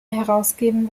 herausgeben